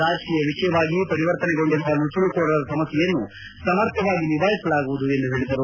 ರಾಜಕೀಯ ವಿಷಯವಾಗಿ ಪರಿವರ್ತನೆಗೊಂಡಿರುವ ನುಸುಳುಕೋರರ ಸಮಸ್ಲೆಯನ್ನು ಸಮರ್ಥವಾಗಿ ನಿಭಾಯಿಸಲಾಗುವುದು ಎಂದು ಹೇಳದರು